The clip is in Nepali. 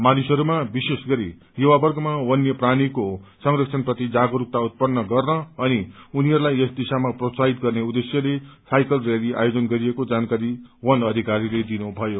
मानिसहयमा विशेष गरी युवावर्गमा वन्य प्राणीको संरक्षणप्रति जागयकता उत्पन्न गर्न अनि उनीहरूलाई यस दिशामा प्रोत्साहित गर्ने उद्खेश्यले साइकल र्याली आयोजन गरिएको जानकारी बन अधिकारीले दिनुभयो